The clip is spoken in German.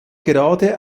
gerade